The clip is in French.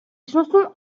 chansons